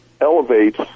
elevates